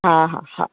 हा हा हा